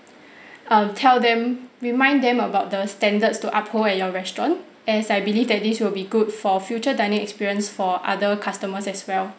uh tell them remind them about the standards to uphold at your restaurant as I believe that this will be good for future dining experience for other customers as well